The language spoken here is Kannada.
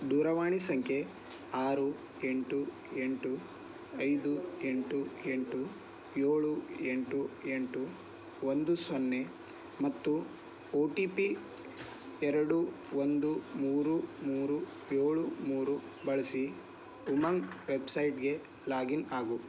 ದೂರವಾಣಿ ಸಂಖ್ಯೆ ಆರು ಎಂಟು ಎಂಟು ಐದು ಎಂಟು ಎಂಟು ಏಳು ಎಂಟು ಎಂಟು ಒಂದು ಸೊನ್ನೆ ಮತ್ತು ಒ ಟಿ ಪಿ ಎರಡು ಒಂದು ಮೂರು ಮೂರು ಏಳು ಮೂರು ಬಳಸಿ ಉಮಂಗ್ ವೆಬ್ಸೈಟ್ಗೆ ಲಾಗಿನ್ ಆಗು